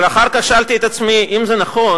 אבל אחר כך שאלתי את עצמי: אם זה נכון,